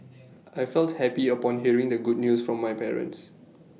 I felt happy upon hearing the good news from my parents